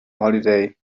holiday